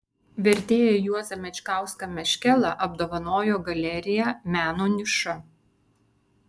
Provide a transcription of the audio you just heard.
vertėją juozą mečkauską meškelą apdovanojo galerija meno niša